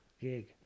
gig